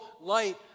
light